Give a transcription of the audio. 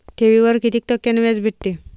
ठेवीवर कितीक टक्क्यान व्याज भेटते?